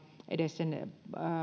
edes sen palkinnonsaajan sitten